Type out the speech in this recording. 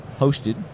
hosted